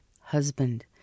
husband